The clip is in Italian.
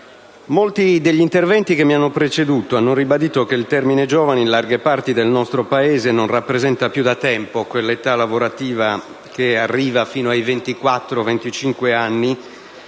molti degli interventi che mi hanno preceduto hanno ribadito che il termine «giovani» in larghe parti del nostro Paese non rappresenta più da tempo quell'età lavorativa che arriva fino ai 24-25 anni,